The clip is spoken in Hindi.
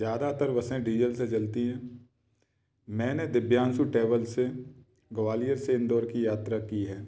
ज़्यादातर बसें डीजल से चलती हैं मैंने दिब्यांशु ट्रेवल्स से ग्वालियर से इंदौर की यात्रा की है